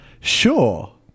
Sure